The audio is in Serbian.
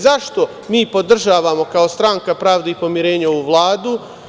Zašto mi podržavamo, kao Stranka pravde i pomirenja, ovu Vladu?